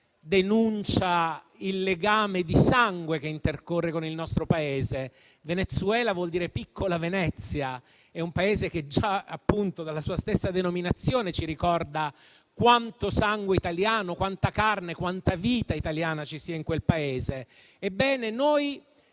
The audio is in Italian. denuncia il legame di sangue che intercorre con il nostro Paese. Venezuela vuol dire "piccola Venezia"; è un Paese che già con la sua stessa denominazione ci ricorda quanto sangue italiano, quanta carne, quanta vita italiana ci sia lì. Ebbene, noi